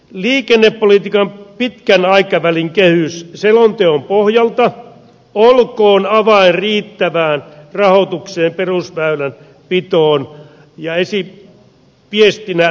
liikennepolitiikan pitkän aikavälin kehys selonteon pohjalta olkoon avain riittävään rahoitukseen perusväylänpitoon ja viestinä liikenneministerille